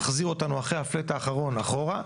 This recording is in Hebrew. מחזיר אותנו אחרי הפלאט האחרון אחורה.